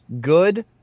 Good